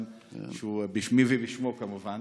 בשמי ובשמו כמובן